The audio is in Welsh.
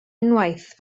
unwaith